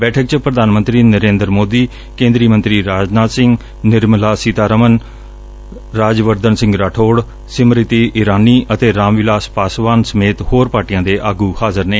ਬੈਠਕ ਚ ਪ੍ਰਧਾਨ ਮੰਤਰੀ ਨਰੇਂਦਰ ਮੋਦੀ ਕੇਂਦਰੀ ਮੰਤਰੀ ਰਾਜਨਾਥ ਸਿੰਘ ਨਿਰਮਲਾ ਸੀਤਾਰਮਨ ਰਾਜਵਰਧਨ ਸਿੰਘ ਰਾਠੌੜ ਸਮ੍ਤਿੀ ਇਰਾਨੀ ਅਤੇ ਰਾਮ ਵਿਲਾਸ ਪਾਸਵਾਨ ਸਮੇਤ ਹੋਰ ਪਾਰਟੀਆਂ ਦੇ ਆਗੂ ਹਾਜ਼ਰ ਨੇ